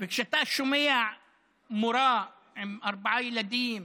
וכשאתה שומע מורה עם ארבעה ילדים,